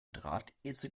drahtesel